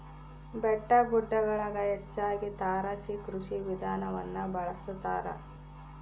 ಬೆಟ್ಟಗುಡ್ಡಗುಳಗ ಹೆಚ್ಚಾಗಿ ತಾರಸಿ ಕೃಷಿ ವಿಧಾನವನ್ನ ಬಳಸತಾರ